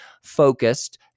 focused